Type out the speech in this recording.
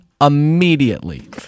immediately